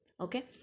okay